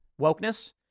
wokeness